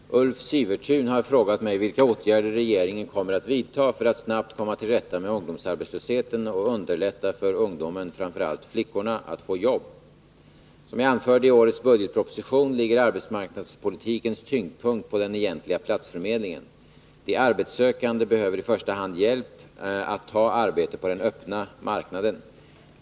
Herr talman! Ulf Sivertun har frågat mig vilka åtgärder regeringen kommer att vidta för att snabbt komma till rätta med ungdomsarbetslösheten och underlätta för ungdomen, framför allt flickorna, att få jobb. Som jag anförde i årets budgetproposition ligger arbetsmarknadspolitikens tyngdpunkt på den egentliga platsförmedlingen. De arbetssökande behöver i första hand hjälp att ta arbete på den öppna marknaden.